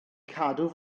cadw